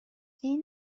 این